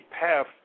path